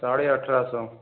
साढ़े अठारह सौ